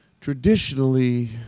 Traditionally